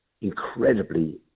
incredibly